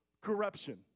corruption